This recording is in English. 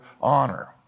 honor